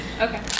Okay